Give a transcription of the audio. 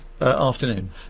afternoon